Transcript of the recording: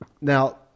Now